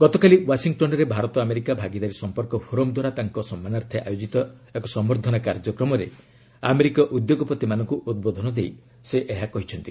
ଗତକାଲି ଓ୍ୱାଶିଂଟନ୍ରେ ଭାରତ ଆମେରିକା ଭାଗିଦାରୀ ସମ୍ପର୍କ ଫୋରମ ଦ୍ୱାରା ତାଙ୍କ ସମାନାର୍ଥେ ଆୟୋଜିତ ଏକ ସମ୍ଭର୍ଦ୍ଧନା କାର୍ଯ୍ୟକ୍ରମରେ ଆମେରିକୀୟ ଉଦ୍ୟୋଗପତିମାନଙ୍କୁ ଉଦ୍ବୋଧନ ଦେଇ ସେ ଏହା କହିଛନ୍ତି